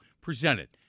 presented